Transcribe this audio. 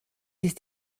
ist